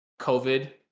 COVID